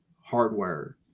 hardware